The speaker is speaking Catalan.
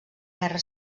guerra